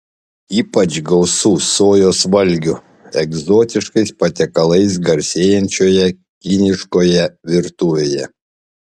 ypač gausu sojos valgių egzotiškais patiekalais garsėjančioje kiniškoje virtuvėje